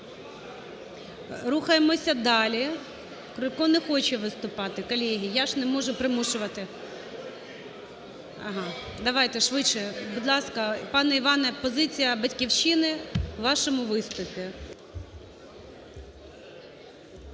Рухаємося далі, Крулько не хоче виступати. Колеги. Я ж не можу примушувати. Ага, давайте швидше. Будь ласка, пане Іване, позиція "Батьківщини" у вашому виступі.